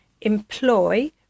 employ